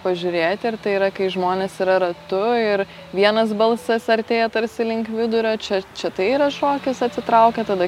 pažiūrėti ir tai yra kai žmonės yra ratu ir vienas balsas artėja tarsi link vidurio čia čia tai yra šokis atsitraukia tada